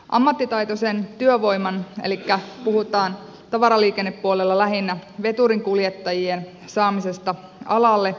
ammattitaitoisen työvoiman tavaraliikennepuolella puhutaan lähinnä veturinkuljettajien saamisesta alalle